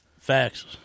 facts